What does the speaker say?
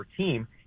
team